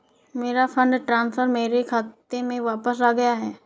मेरा fund transfer मेरे खाते में वापस आ गया है